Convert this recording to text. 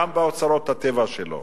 גם באוצרות הטבע שלו.